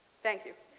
thank you.